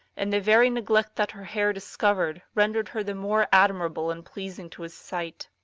and the very neglect that her hair discovered rendered her the more admirable and pleading to his sight